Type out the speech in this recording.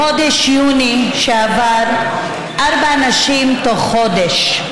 בחודש יוני שעבר, ארבע נשים תוך חודש,